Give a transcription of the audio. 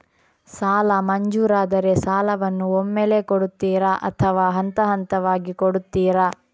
ಸಾಲ ಮಂಜೂರಾದರೆ ಸಾಲವನ್ನು ಒಮ್ಮೆಲೇ ಕೊಡುತ್ತೀರಾ ಅಥವಾ ಹಂತಹಂತವಾಗಿ ಕೊಡುತ್ತೀರಾ?